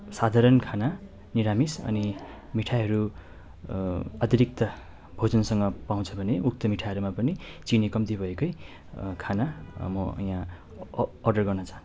साधारण खाना निरामिस अनि मिठाइहरू अतिरिक्त भोजनसँग पाउँछ भने उक्त मिठाइहरूमा पनि चिनी कम्ती भएकै खाना म यहाँ अर्डर गर्न चाहन्छु